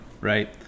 right